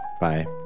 Bye